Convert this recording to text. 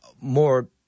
more